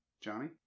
Johnny